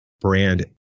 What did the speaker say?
brand